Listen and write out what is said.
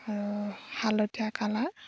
আৰু হালধীয়া কালাৰ